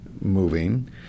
moving